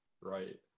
right